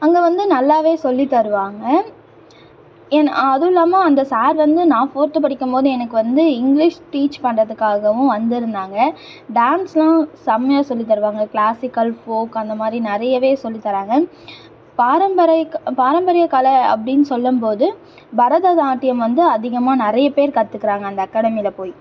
அங்கே வந்து நல்லாவே சொல்லித்தருவாங்க ஏன்னா அதுவும் இல்லாமல் அந்த சார் வந்து நான் ஃபோர்த்து படிக்கும் போது எனக்கு வந்து இங்க்லீஷ் டீச் பண்ணுறதுக்காகவும் வந்துருந்தாங்க டான்ஸ்லாம் செம்மையா சொல்லித்தருவாங்க க்ளாஸிக்கல் ஃபோக் அந்த மாதிரி நிறையவே சொல்லித்தராங்க பாரம்பரைக் பாரம்பரியக் கலை அப்படின்னு சொல்லும் போது பரதநாட்டியம் வந்து அதிகமாக நிறைய பேர் கற்றுக்குறாங்க அந்த அக்காடமியில் போய்